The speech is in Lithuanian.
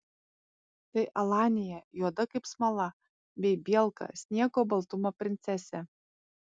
tai alanija juoda kaip smala bei bielka sniego baltumo princesė